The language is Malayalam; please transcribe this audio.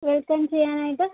വെൽക്കം ചെയ്യാനായിട്ട്